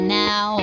now